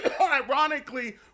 ironically